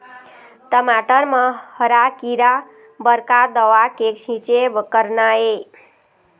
टमाटर म हरा किरा बर का दवा के छींचे करना ये?